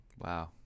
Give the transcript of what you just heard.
wow